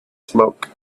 smoke